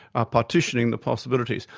are partitioning the possibilities.